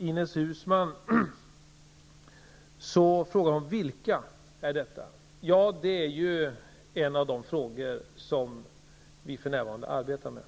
Ines Uusmann frågar vilka privata finansiärer det gäller. Det är en av de frågor vi för närvarande arbetar med.